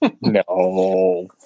No